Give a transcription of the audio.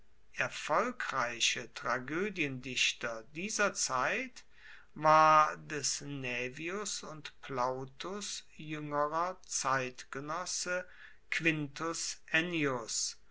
erfolgreiche tragoediendichter dieser zeit war des naevius und plautus juengerer zeitgenosse quintus